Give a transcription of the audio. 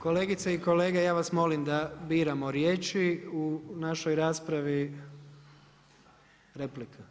Kolegice i kolege ja vas molim da biramo riječi u našoj raspravi replika.